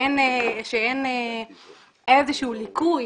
שאין איזשהו ליקוי